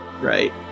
Right